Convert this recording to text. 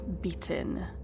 beaten